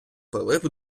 пилип